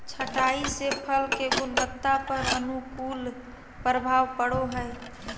छंटाई से फल के गुणवत्ता पर अनुकूल प्रभाव पड़ो हइ